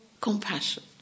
compassion